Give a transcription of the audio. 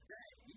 day